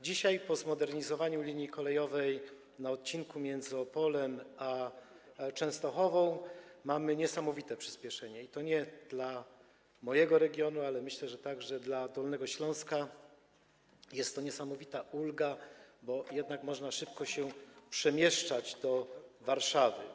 Dzisiaj po zmodernizowaniu linii kolejowej na odcinku między Opolem a Częstochową mamy niesamowite przyspieszenie i nie tylko dla mojego regionu, ale myślę, że także dla Dolnego Śląska jest to niesamowita ulga, bo można szybko przemieszczać się do Warszawy.